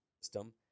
system